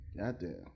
Goddamn